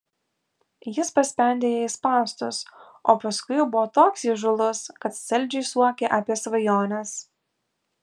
jis paspendė jai spąstus o paskui buvo toks įžūlus kad saldžiai suokė apie svajones